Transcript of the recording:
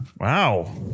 Wow